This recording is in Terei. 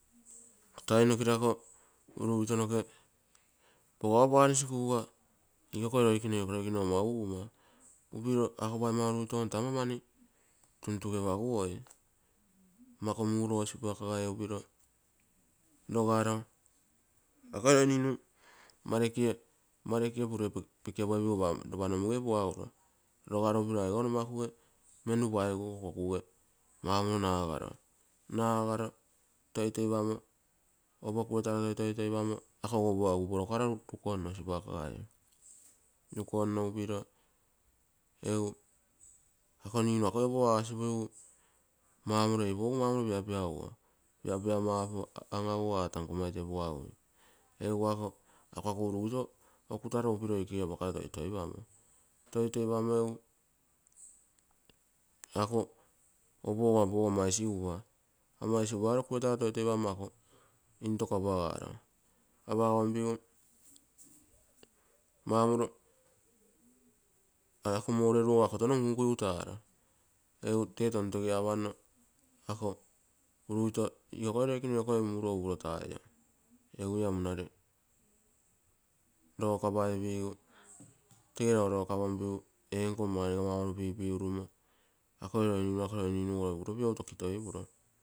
Time nokegere ako urugito pogommau fence kuugu, iko roi kene ama umogai, aga paigomma urugitogo taa maumani tuntugepaguoi. mma ako muro spak gaie upiro aoi ninu marekee pure pikiopoipugu ropanomuge puaguro. Rogaro upiro nagaro toiparo, toitoipamo opo kuetaroroge, ako opo egu porokaro rukonno spak gaie. Rukonno upiro, ako ninu akoi opo asipui ei pogu piapiaguo, piapiamo an aguguo aa taa nka ite puagui ako, ako urugito okutaro upiro ikoge toitoipamo opogo ama isigupa ama isigupagere kuetaro toitoipamo ko sirauro, sirauigu maumoro, ako moureru ogo ako tono nkunku igu taaro. Egu tee tontoge apanno ako urugito iokoi roikene, lokoi muro upuro taai, egu la munare lock etaigu, ee nko loikene upuro pipigurugumo ako ninu lopitai ai tokitoipuro.